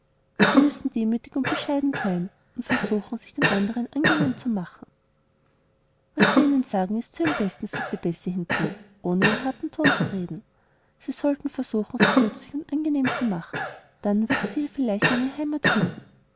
sie müssen demütig und bescheiden sein und versuchen sich den andern angenehm zu machen was wir ihnen sagen ist zu ihrem besten fügte bessie hinzu ohne in hartem ton zu reden sie sollten versuchen sich nützlich und angenehm zu machen dann würden sie hier vielleicht eine heimat finden